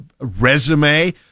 resume